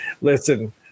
listen